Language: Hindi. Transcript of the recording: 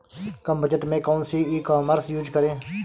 कम बजट में कौन सी ई कॉमर्स यूज़ करें?